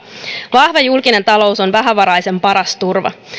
vahva julkinen talous on vähävaraisen paras turva